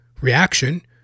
reaction